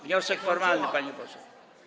Wniosek formalny, panie pośle.